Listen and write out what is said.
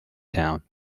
town